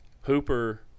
Hooper